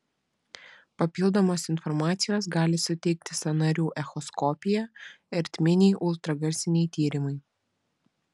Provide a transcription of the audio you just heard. papildomos informacijos gali suteikti sąnarių echoskopija ertminiai ultragarsiniai tyrimai